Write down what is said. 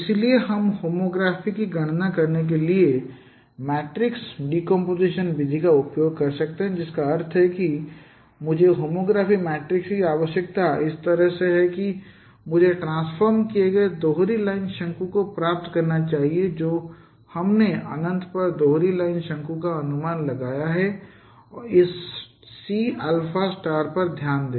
इसलिए हम होमोग्राफी की गणना करने के लिए मैट्रिक्स अपघटन विधि का उपयोग कर सकते हैं जिसका अर्थ है कि मुझे होमोग्राफी मैट्रिक्स की आवश्यकता इस तरह से है कि मुझे ट्रांसफ़ॉर्म किए गए दोहरी लाइन शंकु को प्राप्त करना चाहिए जो हमने अनंत पर दोहरी लाइन शंकु का अनुमान लगाया है और इस C पर ध्यान दें